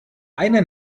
eine